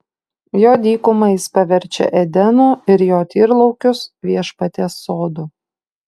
jo dykumą jis paverčia edenu ir jo tyrlaukius viešpaties sodu